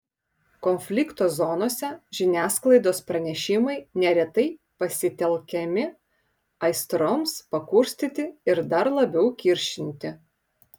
konflikto zonose žiniasklaidos pranešimai neretai pasitelkiami aistroms pakurstyti ir dar labiau kiršinti